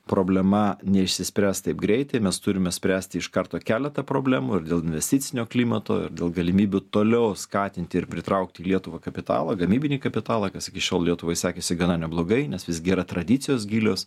problema neišsispręs taip greit tai mes turime spręsti iš karto keletą problemų ir dėl investicinio klimato ir dėl galimybių toliau skatinti ir pritraukt į lietuvą kapitalą gamybinį kapitalą kas iki šiol lietuvai sekėsi gana neblogai nes visgi yra tradicijos gilios